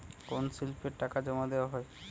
কোন স্লিপে টাকা জমাদেওয়া হয়?